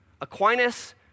Aquinas